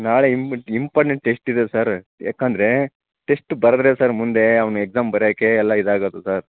ನಾಳೆ important test ಇದೆ sir ಯಾಕಂದರೆ ಟೆಸ್ಟ್ ಬರೆದ್ರೆ ಸರ್ ಮುಂದೆ ಅವನು ಎಕ್ಸಾಮ್ ಬರೆಯೋಕೆ ಎಲ್ಲಾ ಇದಾಗೋದು ಸರ್